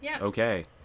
okay